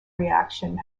reaction